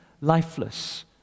lifeless